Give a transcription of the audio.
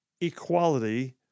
equality